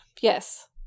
Yes